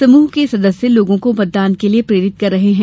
समूह के सदस्य लोगों को मतदान के लिये प्रेरित कर रहे हैं